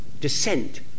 descent